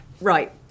Right